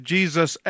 Jesus